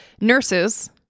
nurses